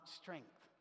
strength